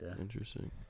Interesting